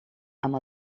amb